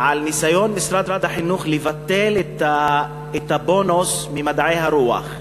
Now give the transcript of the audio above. על ניסיון משרד החינוך לבטל את הבונוס ממדעי הרוח.